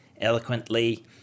eloquently